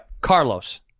Carlos